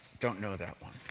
don't know that